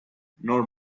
nor